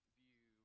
view